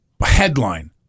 headline